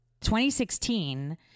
2016